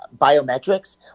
biometrics